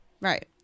right